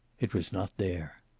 it was not there.